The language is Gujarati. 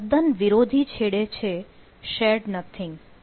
તેના તદ્દન વિરોધી છેડે છે શેર્ડ નથીંગ